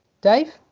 Dave